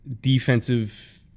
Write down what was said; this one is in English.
defensive